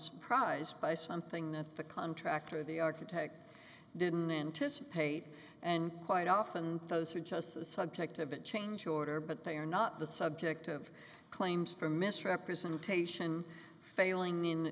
surprised by something that the contractor the architect didn't anticipate and quite often those are just the subject of a change order but they are not the subject of claims for misrepresentation failing